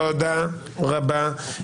תודה רבה.